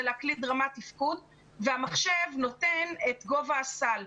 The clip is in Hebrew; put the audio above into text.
להקליד רמת תפקוד והמחשב נותן את גובה הסל.